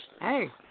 Hey